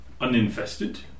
uninfested